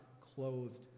clothed